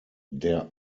der